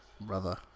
Brother